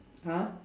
!huh!